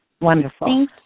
Wonderful